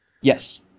yes